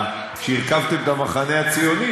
כשהרכבתם את המחנה הציוני,